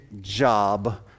job